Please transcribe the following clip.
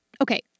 Okay